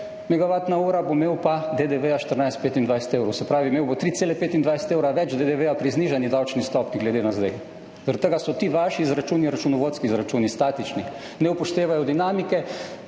megavatno uro, bo imel pa DDV 14,25 evra. Se pravi, imel bo 3,25 evra več DDV pri znižani davčni stopnji glede na zdaj. Zaradi tega so ti vaši računovodski izračuni statični, ne upoštevajo dinamike,